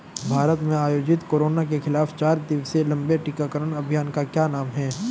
भारत में आयोजित कोरोना के खिलाफ चार दिवसीय लंबे टीकाकरण अभियान का क्या नाम है?